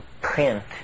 print